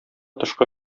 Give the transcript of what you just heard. тышкы